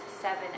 seven